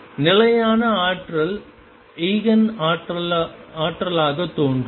நான் நிலையான ஆற்றல்கள் ஈஜென் ஆற்றலாகத் தோன்றும்